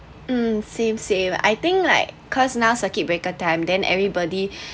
um same same I think like cause now circuit breaker time then everybody